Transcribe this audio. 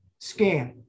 scam